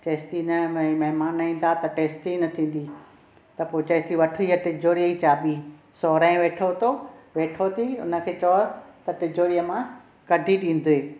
चएसि थी न भाइ महिमान ईंदा त टेस्ट इ न थींदी त पोइ चएसि थी वठु हीअ तिजोरीअ जी चाबी साहुरो वेठो तो वेठो अथई हुन खे चओ त तिजोरीअ मां कढी ॾींदुइ